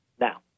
now